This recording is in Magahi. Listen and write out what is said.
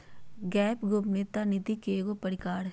बैंक गोपनीयता नीति के एगो परिवार हइ